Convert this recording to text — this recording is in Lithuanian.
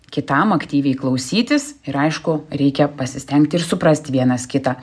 kitam aktyviai klausytis ir aišku reikia pasistengti ir suprasti vienas kitą